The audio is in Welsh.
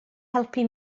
helpu